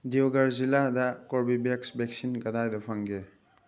ꯗꯤꯌꯣꯒꯔ ꯖꯤꯜꯂꯥꯗ ꯀꯣꯔꯕꯤꯕꯦꯛꯁ ꯕꯦꯛꯁꯤꯟ ꯀꯗꯥꯏꯗ ꯐꯪꯒꯦ